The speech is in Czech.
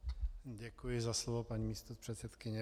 Děkuji za slovo, paní místopředsedkyně.